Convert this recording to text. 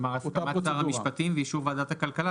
כלומר הסכמת שר המשפטים ואישור ועדת הכלכלה,